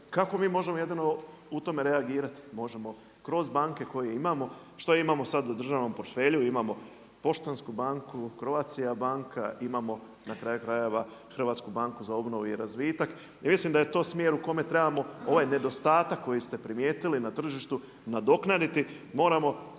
Kako mi možemo jedino u tome reagirati? Možemo kroz banke koje imamo. Što imamo sada u državnom portfelju? Imamo Poštansku banku, Croatia banka imamo na kraju krajeva HBOR i mislim da je to smjer u kome trebamo ovaj nedostatak koji ste primijetili na tržištu nadoknaditi,